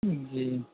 جی